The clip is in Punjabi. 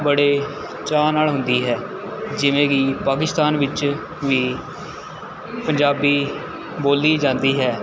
ਬੜੇ ਚਾਅ ਨਾਲ਼ ਹੁੰਦੀ ਹੈ ਜਿਵੇਂ ਕਿ ਪਾਕਿਸਤਾਨ ਵਿੱਚ ਵੀ ਪੰਜਾਬੀ ਬੋਲੀ ਜਾਂਦੀ ਹੈ